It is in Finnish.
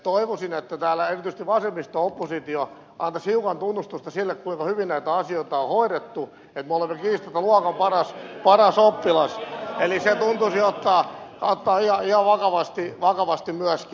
toivoisin että täällä erityisesti vasemmisto oppositio antaisi hiukan tunnustusta sille kuinka hyvin näitä asioita on hoidettu että me olemme kiistatta luokan paras oppilas eli se tuntuisi ottaa ihan vakavasti myöskin